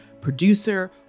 producer